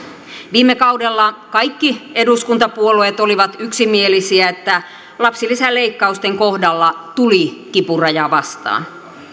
viime kaudella kaikki eduskuntapuolueet olivat yksimielisiä että lapsilisäleikkausten kohdalla tuli kipuraja vastaan